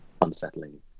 unsettling